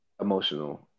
emotional